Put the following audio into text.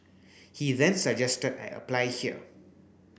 he then suggested I apply here